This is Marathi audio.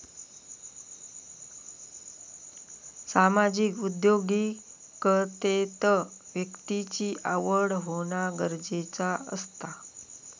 सामाजिक उद्योगिकतेत व्यक्तिची आवड होना गरजेचा असता